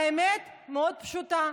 האמת מאוד פשוטה: